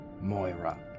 Moira